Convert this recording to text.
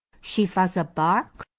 she vhas a barque?